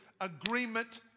agreement